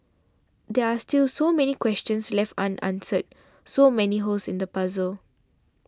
there are still so many questions left unanswered so many holes in the puzzle